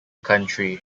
country